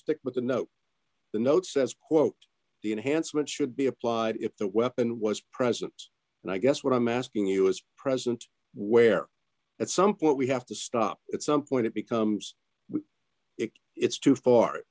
stick with the no the note says quote the enhancement should be applied if the weapon was present and i guess what i'm asking you is present where at some point we have to stop at some point it becomes we it it's too far